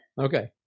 Okay